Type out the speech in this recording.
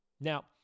Now